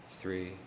three